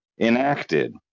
enacted